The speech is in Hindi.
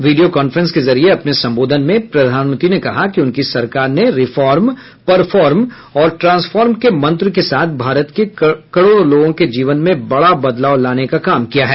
वीडियो कांफ्रेंस के जरिये अपने संबोधन में प्रधानमंत्री ने कहा कि उनकी सरकार ने रिफॉर्म परफॉर्म और ट्रांस्फॉर्म के मंत्र के साथ भारत के करोड़ों लोगों के जीवन में बड़ा बदलाव लाने का काम किया है